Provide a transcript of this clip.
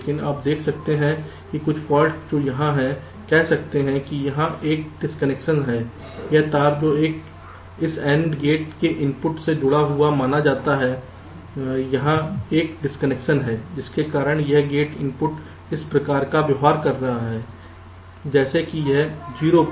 लेकिन आप देख सकते हैं कि कुछ फाल्ट जो यहां हैं कह सकते हैं कि यहां एक डिस्कनेक्शन है यह तार जो इस AND गेट के इनपुट से जुड़ा हुआ माना जाता है यहां एक डिस्कनेक्शन है जिसके कारण यह गेट इनपुट इस प्रकार का व्यवहार कर रहा है जैसे कि यह 0 पर है